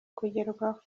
kugerwaho